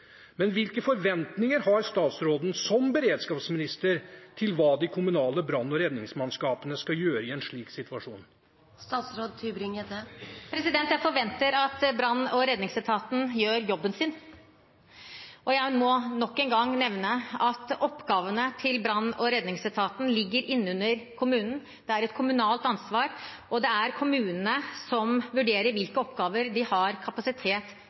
men hvilke forventninger har statsråden som beredskapsminister til hva de kommunale brann- og redningsmannskapene skal gjøre i en slik situasjon? Jeg forventer at brann- og redningsetaten gjør jobben sin. Og jeg må nok en gang nevne at oppgavene til brann- og redningsetaten ligger under kommunen, det er et kommunalt ansvar, og det er kommunene som vurderer hvilke oppgaver de har kapasitet